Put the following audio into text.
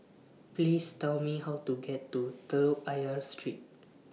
Please Tell Me How to get to Telok Ayer Street